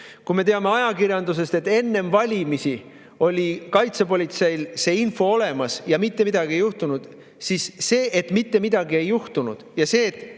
me teame ajakirjandusest, et enne valimisi oli kaitsepolitseil see info olemas, ja mitte midagi ei juhtunud. See, et mitte midagi ei juhtunud, ja see, et